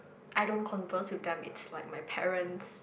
I don't converse with them it's like my parents